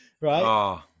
right